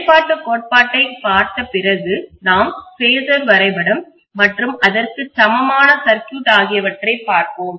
செயல்பாட்டுக் கோட்பாட்டைப் பார்த்த பிறகு நாம் பேஸர் வரைபடம் மற்றும் அதற்கு சமமான சர்க்யூட் ஆகியவற்றைப் பார்ப்போம்